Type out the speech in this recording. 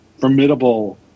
formidable